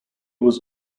was